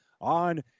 on